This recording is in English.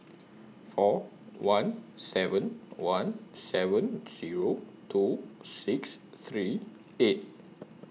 four one seven one seven Zero two six three eight